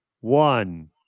one